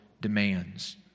demands